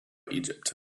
egypt